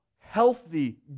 healthy